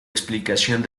explicación